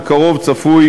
בקרוב צפוי,